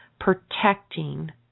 protecting